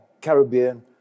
Caribbean